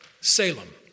Salem